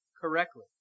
correctly